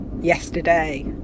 yesterday